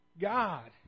God